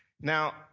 Now